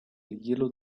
hielo